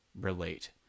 relate